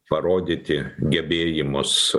parodyti gebėjimus